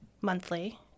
monthly